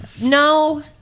No